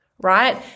right